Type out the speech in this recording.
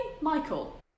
Michael